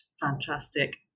fantastic